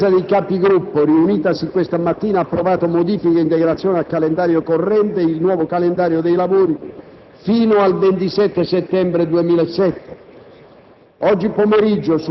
la Conferenza dei Capigruppo, riunitasi questa mattina, ha approvato modifiche e integrazioni al calendario corrente e il nuovo calendario fino al 27 settembre 2007.